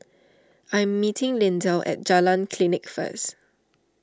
I am meeting Lindell at Jalan Klinik first